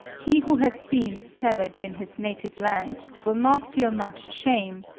he who has seen a savage in his native land will not feel much shame,